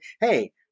hey